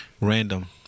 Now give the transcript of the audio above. Random